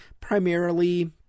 Primarily